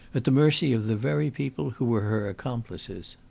at the mercy of the very people who were her accomplices.